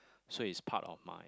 so it's part of my